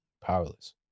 powerless